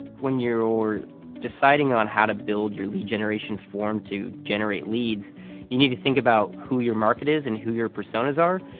when you're or deciding on how to build your lead generation form to generate leads you need to think about who your market is and who your personas are.